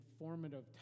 informative